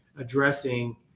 addressing